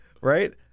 Right